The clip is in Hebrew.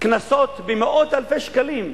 קנסות במאות אלפי שקלים.